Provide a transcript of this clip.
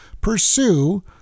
pursue